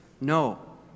No